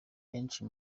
benshi